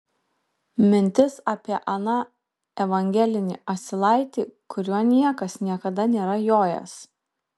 mintis apie aną evangelinį asilaitį kuriuo niekas niekada nėra jojęs